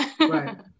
Right